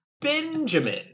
Benjamin